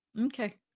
Okay